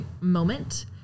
moment